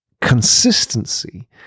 consistency